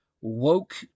woke